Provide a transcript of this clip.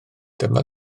dyma